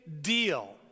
deal